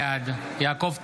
בעד יעקב טסלר,